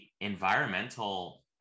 environmental